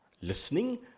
listening